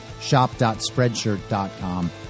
shop.spreadshirt.com